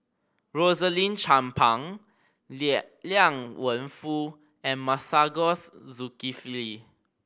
Rosaline Chan Pang Liang Wenfu and Masagos Zulkifli